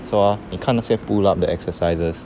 so ah 妳看那些 pull up 的 exercises